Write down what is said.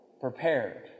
prepared